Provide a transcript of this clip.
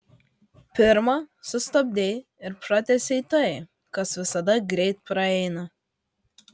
pirma sustabdei ir pratęsei tai kas visada greit praeina